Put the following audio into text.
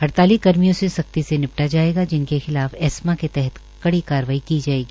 हड़ताली कर्मियों से सख्ती से निपटा जायेगा जिनके खिला एस्मा के तहत कड़ी कार्रवाई की जायेंगी